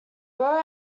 burr